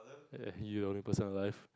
you are the only person alive